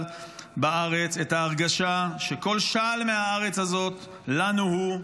בארץ את ההרגשה שכל שעל מהארץ הזאת לנו הוא,